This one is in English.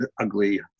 ugly